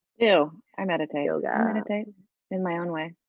you know i meditate. yoga. i meditate in my own way.